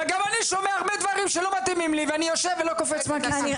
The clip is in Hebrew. אבל גם אני שומע הרבה דברים שלא מתאימים לי ואני יושב ולא קופץ מהכיסא.